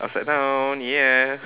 upside down ya